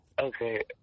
Okay